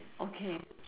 okay